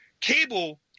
Cable